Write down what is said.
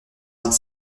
vingt